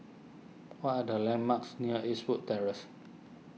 what are the landmarks near Eastwood Terrace